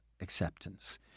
acceptance